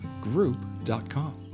group.com